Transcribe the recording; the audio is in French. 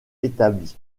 établi